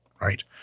Right